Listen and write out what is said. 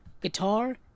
guitar